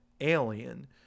alien